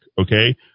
okay